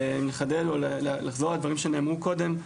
לחזור על דברים שנאמרו קודם.